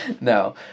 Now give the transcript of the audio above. No